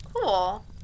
Cool